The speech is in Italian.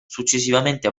successivamente